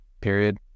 period